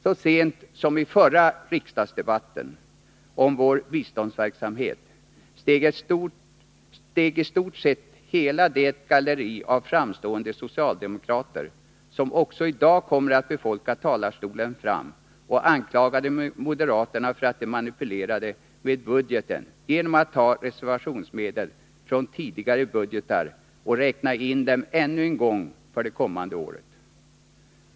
Så sent som i förra riksdagsdebatten om vår biståndsverksamhet steg i stort sett hela det galleri av framstående socialdemokrater som också i dag kommer att befolka talarstolen fram och anklagade moderaterna för att de manipulerade med budgeten genom att ta reservationsmedel från tidigare budgetar och räkna in dem ännu en gång för det kommande året.